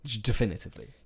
definitively